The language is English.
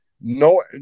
no